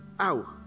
Ow